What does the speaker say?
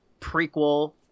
prequel